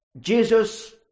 Jesus